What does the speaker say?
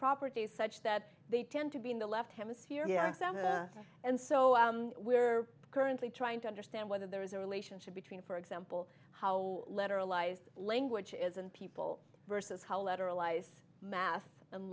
properties such that they tend to be in the left hemisphere yeah exactly and so we're currently trying to understand whether there is a relationship between for example how letter allies languages and people versus how letter allies math and